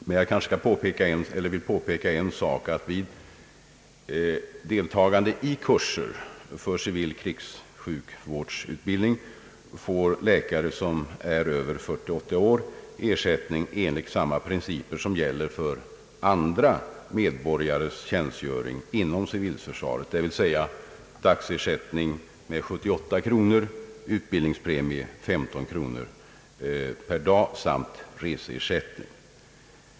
Men jag vill påpeka att läkare som är över 48 år får vid deltagande i kurser för utbildning i civil krigssjukvård ersättning enligt samma principer som gäller för andra medborgare vid tjänstgöring inom civilförsvaret, dvs. dagersättning med 78 kronor, utbildningspremie med 15 kronor per dag samt reseersättning.